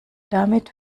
damit